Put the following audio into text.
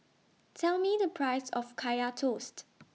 Tell Me The Price of Kaya Toast